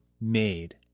made